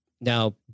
now